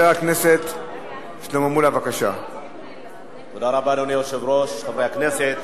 אדוני היושב-ראש, תודה רבה, חברי הכנסת,